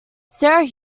sarah